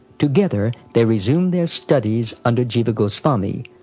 together, they resumed their studies under jiva goswami,